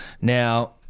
Now